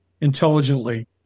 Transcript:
intelligently